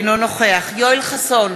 אינו נוכח יואל חסון,